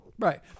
Right